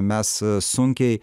mes sunkiai